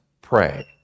pray